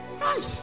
Right